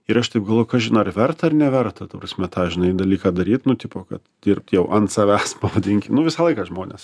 ir aš taip galvoju kažin ar verta ar neverta ta prasme tą žinai dalyką daryti nu tipo kad dirbt jau ant savęs pavadinkim nu visą laiką žmonės